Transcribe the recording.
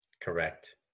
correct